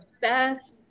best